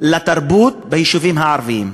לתרבות ביישובים הערביים.